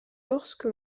lorsque